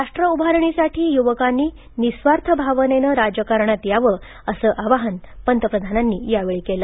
राष्ट्र उभारणीसाठी युवकांनी निस्वार्थ भावनेनं राजकारणात यावं असं आवाहन पंतप्रधानांनी यावेळी केलं